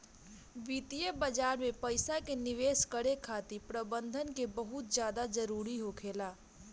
वित्तीय बाजार में पइसा के निवेश करे खातिर प्रबंधन के बहुत ज्यादा जरूरी होखेला